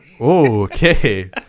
Okay